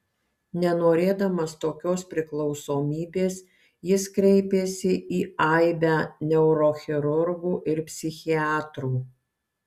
nenorėdamas tokios priklausomybės jis kreipėsi į aibę neurochirurgų ir psichiatrų